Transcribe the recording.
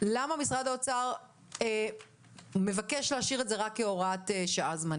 למה משרד האוצר מבקש להשאיר את זה רק כהוראת שעה זמנית?